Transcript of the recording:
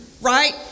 Right